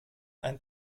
ein